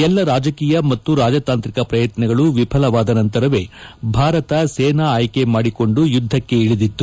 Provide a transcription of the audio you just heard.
ಎಲ್ಲ ರಾಜಕೀಯ ಮತ್ತು ರಾಜತಾಂತ್ರಿಕ ಪ್ರಯತ್ನಗಳು ವಿಫಲವಾದ ನಂತರವೇ ಭಾರತ ಸೇನಾ ಆಯ್ಲೆ ಮಾಡಿಕೊಂಡು ಯುದ್ಗಕ್ಷೆ ಇಳಿದಿತ್ತು